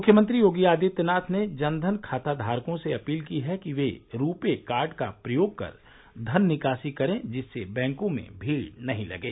मुख्यमंत्री योगी आदित्यनाथ ने जन धन खाता धारकों से अपील की है कि वे रुपे कार्ड का प्रयोग कर धन निकासी करें जिससे बैंकों में भीड़ नहीं लगे